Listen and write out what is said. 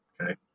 Okay